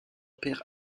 père